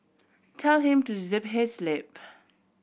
tell him to zip his lip